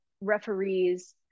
referees